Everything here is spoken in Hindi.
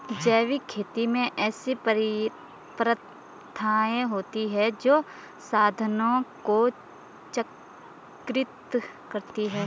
जैविक खेती में ऐसी प्रथाएँ होती हैं जो संसाधनों को चक्रित करती हैं